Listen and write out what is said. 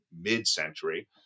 mid-century